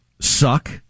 suck